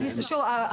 לא.